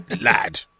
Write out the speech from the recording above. Lad